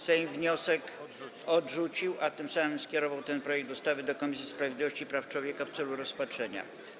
Sejm wniosek odrzucił, a tym samym skierował ten projekt ustawy do Komisji Sprawiedliwości i Praw Człowieka w celu rozpatrzenia.